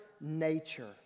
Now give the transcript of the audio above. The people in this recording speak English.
nature